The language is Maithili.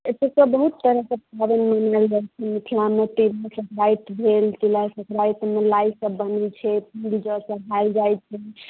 एतौ बहुत तरहके पाबनि मानयल जाइ छै मिथिला मे तिला संकराइत भेल तिला संकराइत मे लाइ सब बनै छै तिल जल चढ़ायल जाइ छै